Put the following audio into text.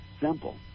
Simple